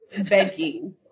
begging